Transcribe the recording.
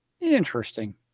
Interesting